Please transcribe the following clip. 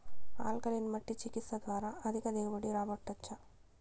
alkaline మట్టి చికిత్స ద్వారా అధిక దిగుబడి రాబట్టొచ్చా